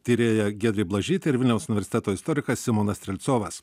tyrėja giedrė blažytė ir vilniaus universiteto istorikas simonas strelcovas